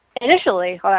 initially